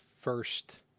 first